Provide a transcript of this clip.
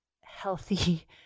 healthy